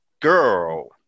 Girl